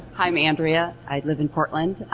i'm andrea. i live in portland.